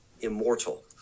immortal